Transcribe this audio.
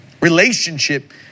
Relationship